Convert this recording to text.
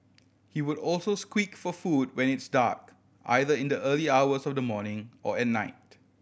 he would also squeak for food when it's dark either in the early hours of the morning or at night